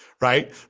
Right